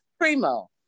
Primo